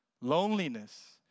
loneliness